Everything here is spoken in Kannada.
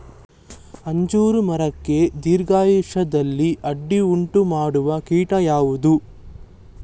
ಅಂಜೂರ ಮರಕ್ಕೆ ದೀರ್ಘಾಯುಷ್ಯದಲ್ಲಿ ಅಡ್ಡಿ ಉಂಟು ಮಾಡುವ ಕೀಟ ಯಾವುದು?